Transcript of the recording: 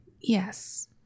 Yes